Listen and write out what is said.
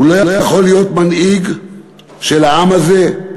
הוא לא יכול להיות מנהיג של העם הזה,